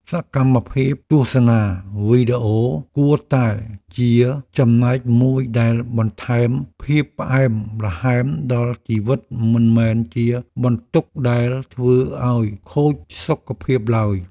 សកម្មភាពទស្សនាវីដេអូគួរតែជាចំណែកមួយដែលបន្ថែមភាពផ្អែមល្ហែមដល់ជីវិតមិនមែនជាបន្ទុកដែលធ្វើឱ្យខូចសុខភាពឡើយ។